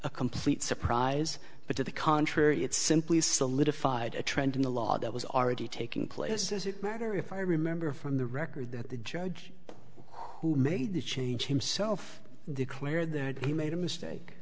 a complete surprise but to the contrary it simply solidified a trend in the law that was already taking place does it matter if i remember from the record that the judge who made the change himself declared that he made a mistake